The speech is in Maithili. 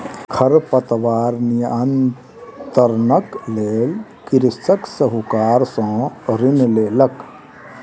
खरपतवार नियंत्रणक लेल कृषक साहूकार सॅ ऋण लेलक